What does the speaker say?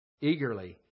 eagerly